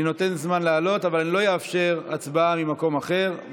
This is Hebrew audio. אני נותן זמן לעלות אבל אני לא אאפשר הצבעה ממקום אחר,